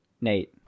nate